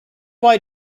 why